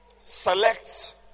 Select